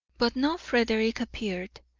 but no frederick appeared,